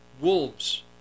wolves